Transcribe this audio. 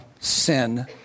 sin